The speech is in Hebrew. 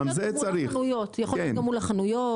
יכול להיות גם מול החנויות.